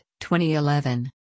2011